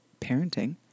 parenting